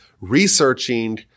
researching